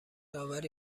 آوری